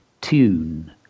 tune